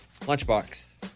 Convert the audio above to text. Lunchbox